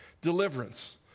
deliverance